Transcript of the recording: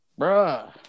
bruh